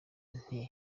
nti